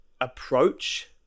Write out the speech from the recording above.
approach